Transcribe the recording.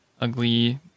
ugly